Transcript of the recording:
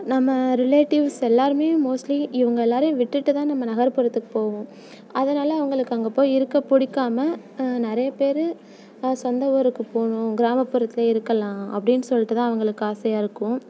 நம்ம ரிலேட்டீவ்ஸ் எல்லாருமே மோஸ்ட்லி இவங்க எல்லாரையும் விட்டுட்டுதான் நம்ம நகர்புறத்துக்கு போவோம் அதனால் அவங்களுக்கு அங்கே போய் இருக்கப் பிடிக்காம நிறைய பேர் சொந்த ஊருக்குப் போகணும் கிராமப்புறத்திலியே இருக்கலாம் அப்படின்னு சொல்லிட்டுதான் அவங்களுக்கு ஆசையாக இருக்கும்